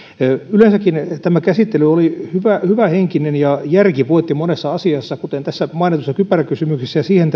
yleensäkin tämä käsittely oli hyvähenkinen ja järki voitti monessa asiassa kuten tässä mainitussa kypäräkysymyksessä ja siihen